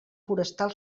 forestal